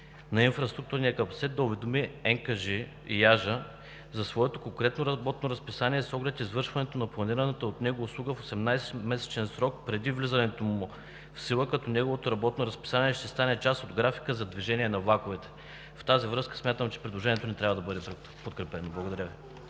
агенция „Железопътна администрация“ за своето конкретно работно разписание с оглед извършването на планираната от него услуга в 18-месечен срок преди влизането му в сила, като неговото работно разписание ще стане част от графика за движение на влаковете. В тази връзка смятам, че предложението не трябва да бъде подкрепено. Благодаря Ви.